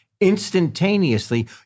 instantaneously